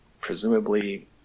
presumably